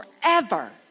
forever